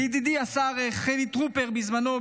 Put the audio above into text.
וידידי השר חילי טרופר בזמנו,